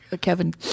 Kevin